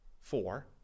four